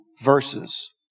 verses